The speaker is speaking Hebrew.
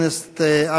חבר הכנסת נחמן שי,